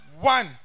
One